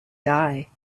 die